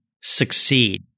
succeed